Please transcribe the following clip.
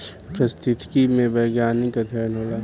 पारिस्थितिकी में वैज्ञानिक अध्ययन होला